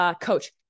Coach